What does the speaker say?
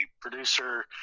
producer